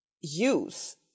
use